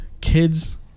kids